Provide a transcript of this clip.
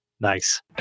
Nice